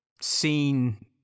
seen